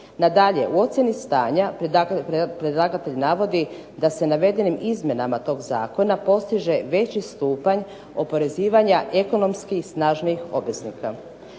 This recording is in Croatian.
Nadalje, u ocjeni stanja predlagatelj navodi da se navedenim izmjenama tog zakona postiže veći stupanj oporezivanja ekonomski snažnijih obveznika